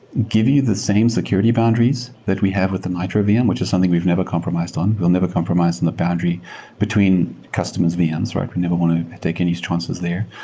give you the same security boundaries that we have with the nitro vm, which is something we've never compromised on. we'll never compromise and the boundary between customers vms, right? we never want to take any changes there,